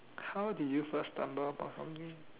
how do you first stumble upon something